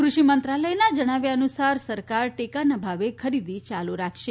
કૃષિ મંત્રાલયના જણાવ્યા અનુસાર સરકાર ટેકાના ભાવે ખરીદી ચાલુ રાખશે